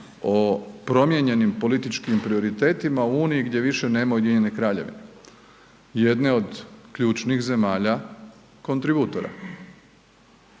o promijenjenim političkim prioritetima u Uniji gdje više nema Ujedinjene Kraljevine, jedne od ključnih zemalja kontributora